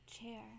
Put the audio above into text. chair